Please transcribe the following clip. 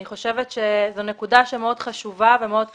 אני חושבת שזו נקודה שהיא מאוד חשובה ומאוד קריטית.